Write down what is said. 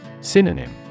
Synonym